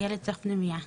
הילד צריך פנימייה.